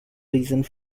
reasons